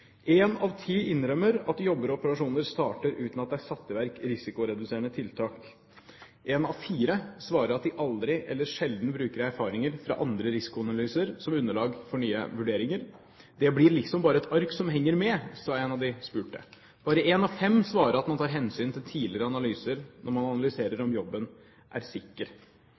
en fersk undersøkelse som Petroleumstilsynet hadde gjennomført blant 231 plattformsjefer, operasjonsledere, teknisk personell og verneombud på norsk sokkel. Det var deprimerende lesning. Én av ti innrømmer at jobber og operasjoner starter uten at det er satt i verk risikoreduserende tiltak. Én av fire svarer at de aldri, eller sjelden, bruker erfaringer fra andre risikoanalyser som underlag for nye vurderinger. «Det blir liksom bare et ark som henger med», sa en av de spurte. Bare én av fem svarer at